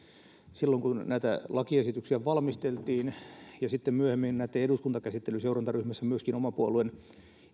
silloin kun näitä lakiesityksiä valmisteltiin ja sitten myöhemmin näitten eduskuntakäsittelyn seurantaryhmässä myöskin oman puolueeni